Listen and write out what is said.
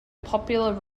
popular